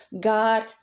God